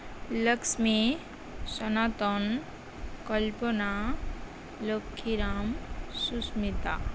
Lakshmi Sanatan Kalpana Lakhiram Susmita